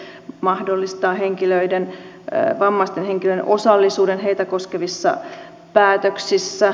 se mahdollistaa vammaisten henkilöiden osallisuuden heitä koskevissa päätöksissä